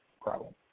problem